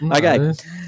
Okay